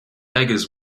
beggars